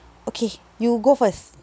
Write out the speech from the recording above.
okay you go first